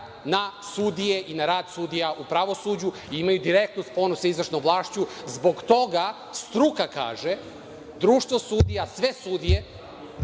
na sudije i na rad sudija u pravosuđu i imaju direktnu sponu sa izvršnom vlašću. Zbog toga, struka kaže, društvo sudija, sve sudije